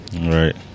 right